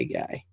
guy